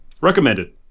recommended